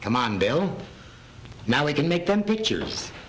come on bill now we can make the pictures